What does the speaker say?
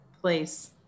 place